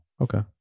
okay